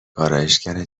آرایشگرت